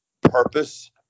purpose